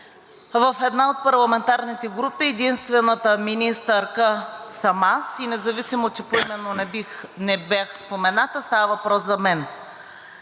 В една от парламентарните групи „единствената министърка“ съм аз и независимо, че поименно не бях спомената, става въпрос за мен.